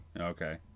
Okay